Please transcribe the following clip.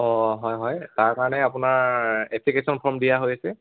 অঁ হয় হয় তাৰ কাৰণে আপোনাৰ এপ্লিকেশ্যন ফৰ্ম দিয়া হৈ আছে